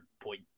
point